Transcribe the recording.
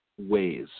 ways